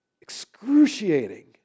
Excruciating